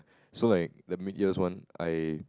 so like the mid years one I